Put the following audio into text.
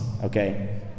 okay